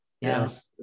yes